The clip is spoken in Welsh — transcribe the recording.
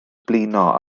blino